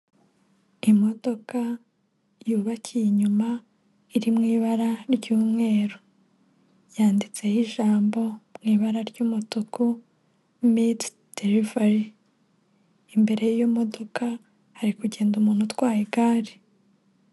Imodoka yubakiye inyuma, iri mu ibara ry'umweru. Yanditseho ijambo mu ibara ry'umutuku, "Miti derivari". Imbere y'iyo modoka hari kugenda umuntu utwaye igare.